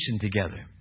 together